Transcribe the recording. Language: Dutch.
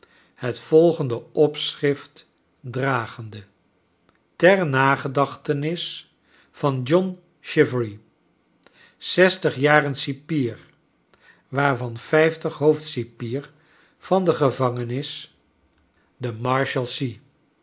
het volgende opschrift dragende ter nagedaohtenis van john chivery zestig jaren cipier waarvan vijftig hoofdeipier van de gevangenis de marhalsea